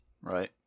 right